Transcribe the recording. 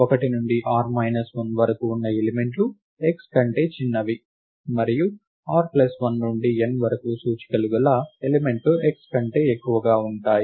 1 నుండి r 1 వరకు ఉన్న ఎలిమెంట్లు x కంటే చిన్నవి మరియు r 1 నుండి n వరకు సూచికల గల ఎలిమెంట్లు x కంటే ఎక్కువగా ఉంటాయి